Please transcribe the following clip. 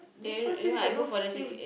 first few days I don't feel